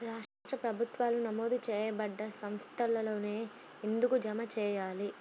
రాష్ట్ర ప్రభుత్వాలు నమోదు చేయబడ్డ సంస్థలలోనే ఎందుకు జమ చెయ్యాలి?